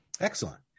Excellent